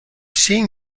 seeing